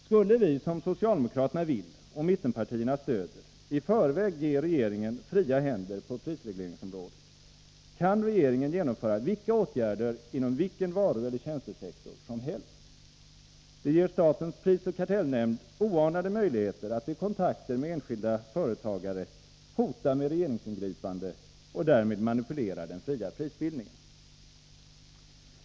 Skulle vi, som socialdemokraterna vill och mittenpartierna stöder, i förväg ge regering en fria händer på prisregleringsområdet, kan regeringen genomföra vilka åtgärder inom vilken varuoch tjänstesektor som helst. Det ger statens prisoch kartellnämnd oanade möjligheter att vid kontakter med enskilda företagare hota med regeringsingripande och därmed manipulera den fria prisbildningen.